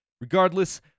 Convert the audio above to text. Regardless